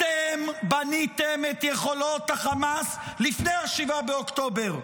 אתם בניתם את יכולות החמאס לפני 7 באוקטובר.